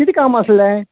किदें काम आसलें